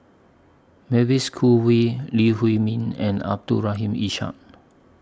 Mavis Khoo Oei Lee Huei Min and Abdul Rahim Ishak